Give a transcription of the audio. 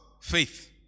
Faith